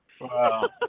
Wow